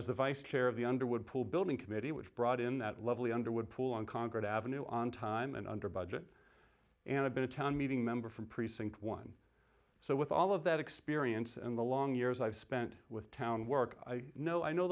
was the vice chair of the underwood pool building committee which brought in that lovely underwood pool in congress avenue on time and under budget and a baton meeting member from precinct one so with all of that experience and the long years i've spent with town work i know i know